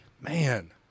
Man